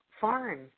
foreign